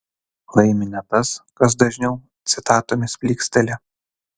laimi ne tas kas dažniau citatomis plyksteli